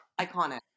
iconic